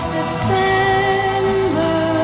September